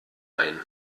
ein